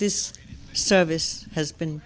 this service has been